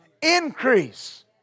increase